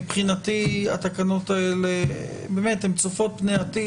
מבחינתי התקנות האלה הן צופות פני העתיד.